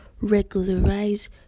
regularize